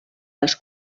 les